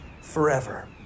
forever